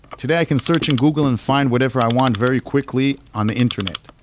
today, i can search in google and find whatever i want very quickly on the internet.